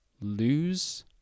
Lose